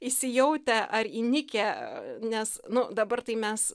įsijautę ar įnikę nes nu dabar tai mes